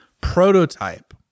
prototype